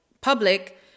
public